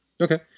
Okay